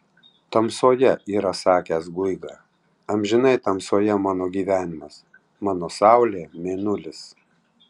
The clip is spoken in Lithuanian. tamsoje yra sakęs guiga amžinai tamsoje mano gyvenimas mano saulė mėnulis